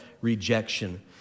rejection